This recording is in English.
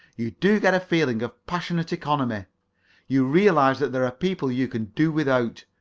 you do get a feeling of passionate economy you realize that there are people you can do without,